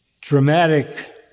dramatic